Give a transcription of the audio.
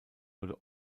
wurde